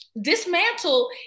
Dismantle